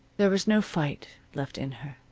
there was no fight left in her.